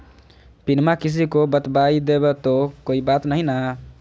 पिनमा किसी को बता देई तो कोइ बात नहि ना?